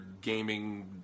gaming